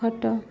ଖଟ